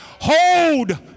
Hold